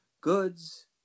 goods